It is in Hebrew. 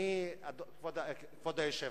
כבוד היושב-ראש,